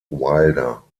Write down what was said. wilder